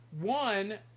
one